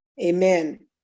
amen